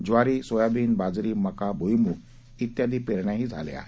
ज्वारी सोयाबीन बाजरी मका भूईमग ति्यादी पेरण्या झाल्या आहेत